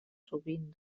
sovint